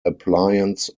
appliance